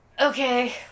Okay